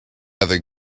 other